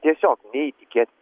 tiesiog neįtikėtina